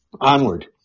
onward